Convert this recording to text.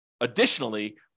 additionally